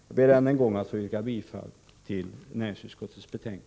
Jag ber än en gång att få yrka bifall till näringsutskottets hemställan.